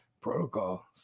protocol